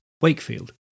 Wakefield